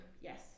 yes